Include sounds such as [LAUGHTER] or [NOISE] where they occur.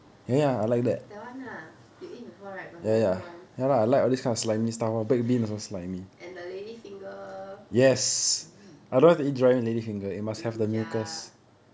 that one lah you eat before right my mum cook one [LAUGHS] and the lady finger !ee! brinjal